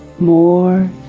more